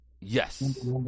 Yes